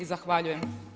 Zahvaljujem.